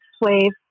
wave